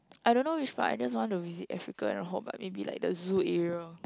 I don't know which part I just want to visit Africa and all but maybe like the zoo area